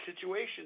situation